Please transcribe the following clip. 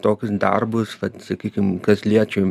tokius darbus vat sakykim kas liečia